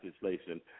legislation